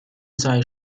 sei